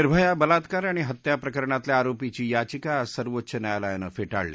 निर्भया बलात्कार आणि हत्या प्रकरणातल्या आरोपीची याचिका आज सर्वोच्च न्यायालयानं फे ळली